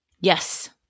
Yes